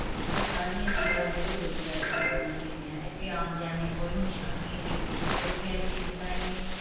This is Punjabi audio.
ਇਹ ਸਾਰੀਆਂ ਚੀਜ਼ਾਂ ਬਹੁਤ ਵਧੀਆ ਇੱਥੇ ਕਿੰਨਾ ਨਹੀਂ ਹੈਗੀਆਂ ਇੱਥੇ ਆਉਣ ਜਾਣ ਦੀ ਕੋਈ ਮੁਸ਼ਕਲ ਨਹੀਂ ਹੈਗੀ ਇੱਥੇ ਅਸੀਂ ਕਿੰਨਾ ਨਹੀਂ